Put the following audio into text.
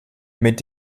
mit